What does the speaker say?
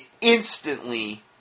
instantly